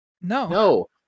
No